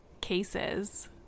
cases